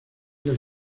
del